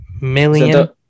million